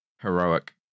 Heroic